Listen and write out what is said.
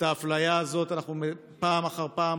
את האפליה הזאת אנחנו מעלים פעם אחר פעם,